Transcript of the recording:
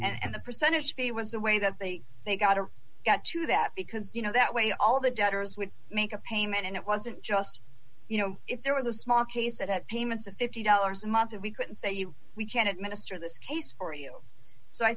and the percentage b was the way that they they got to get to that because you know that way all the debtors would make a payment and it wasn't just you know if there was a small case that had payments of fifty dollars a month that we could say you we can administer this case for you so i